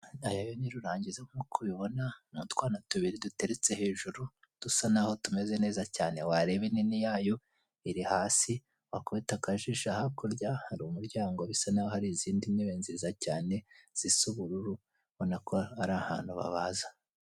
Amashashi abiri ya kaki ateretse ahantu ndetse n'amacupa y'amazi atandukanye. Amashashi akaba adufasha kugira ngo tubikemo ibintu twahashye ndetse amazi akaba adufasha kugira ngo tuyanywe hanyuma turusheho kugira ubuzima bwiza, tukayifashisha no mugutekesha ibintu bitandukanye.